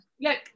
look